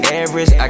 average